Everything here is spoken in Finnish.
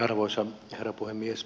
arvoisa herra puhemies